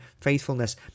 faithfulness